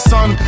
Son